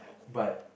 but